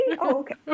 okay